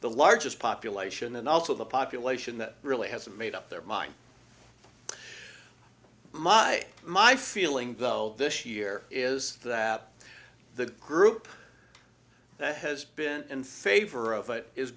the largest population and also the population that really hasn't made up their mind my my feeling though this year is that the group that has been in favor of i